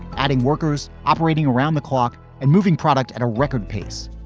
adding workers operating around the clock and moving product at a record pace.